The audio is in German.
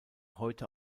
heute